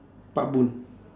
pak bun